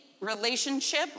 relationship